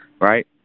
right